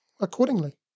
accordingly